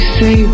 say